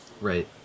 Right